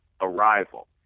Arrival